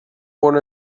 bon